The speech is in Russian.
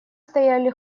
стояли